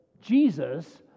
Jesus